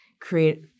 create